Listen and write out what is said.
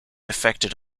affected